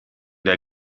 der